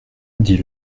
dit